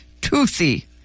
toothy